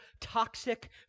toxic